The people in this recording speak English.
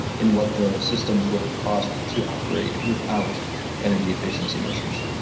and what the systems would have cost to operate without energy efficiency measures.